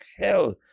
hell